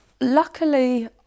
luckily